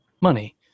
money